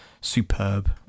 superb